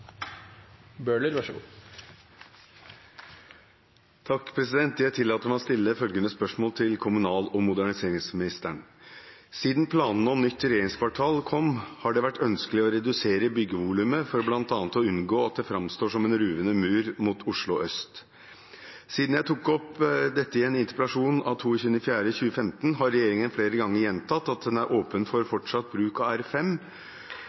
planene om nytt regjeringskvartal kom, har det vært ønskelig å redusere byggevolumet for bl.a. å unngå at det framstår som en ruvende mur mot Oslo Øst. Siden jeg tok dette opp i en interpellasjon av 7. mai 2015, har regjeringen flere ganger gjentatt at den er åpen for fortsatt bruk av